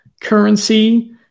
currency